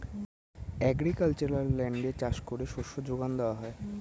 agricultural ল্যান্ডে চাষ করে শস্য যোগান দেওয়া হয়